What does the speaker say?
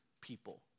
people